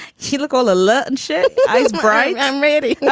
he look all alert and shit bright. i'm ready